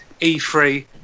E3